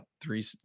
three